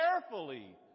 carefully